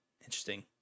Interesting